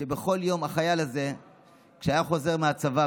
בכל פעם שהחייל הזה היה חוזר מהצבא,